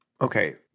Okay